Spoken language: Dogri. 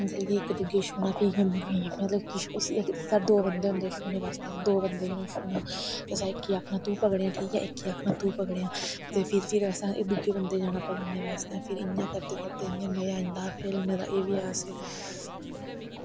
मतलव कि इक दुए छूह्ना फ्ही इयां मतलव किश साढ़े दो बंदे होंदे हे छूह्ने आस्तै दो बंदें नै छूह्ना ते इक ई आक्खना तूं पकड़ेआं ठीक ऐ इक ई आक्खना तूं पकड़ेआं ते फिर असैं दुऐ बंदै जाना पकड़नै आस्तै फिर इयां करदे करदे इयां मज़ाआई जंदा हा खेलने दा एह्बी अस